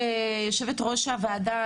יושבת-ראש הוועדה,